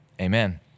Amen